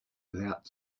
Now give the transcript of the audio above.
without